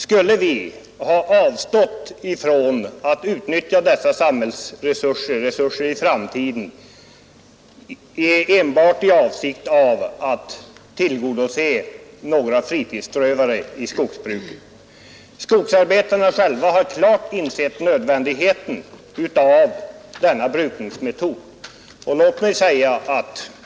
Skulle vi ha avstått från att utnyttja dessa samhällsresurser i framtiden enbart i avsikt att tillgodose några fritidsströvare i skogsbruket? Skogsarbetarna själva har klart insett nödvändigheten av denna brukningsmetod.